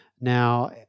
now